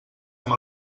amb